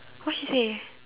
what she say